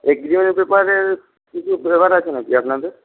agreement পেপারের কিছু ব্যাপার আছে নাকি আপনাদের